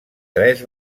tres